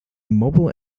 mobile